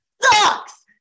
sucks